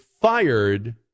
fired